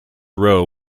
row